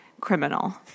criminal